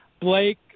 Blake